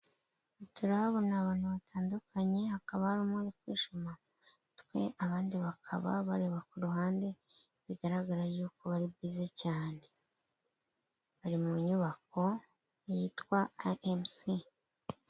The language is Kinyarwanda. Turahabona abantu batandukanye, hakaba harimo uri kwishima mu mutwe, abandi bakaba bareba ku ruhande, bigaragara yuko bari bize cyane. Bari mu nyubako yitwa a emu si.